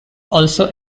also